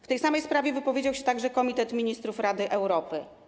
W tej samej sprawie wypowiedział się także Komitet Ministrów Rady Europy.